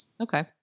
Okay